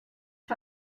für